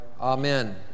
Amen